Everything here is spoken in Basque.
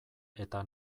eta